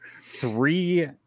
three